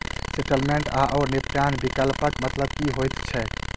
Settlement आओर निपटान विकल्पक मतलब की होइत छैक?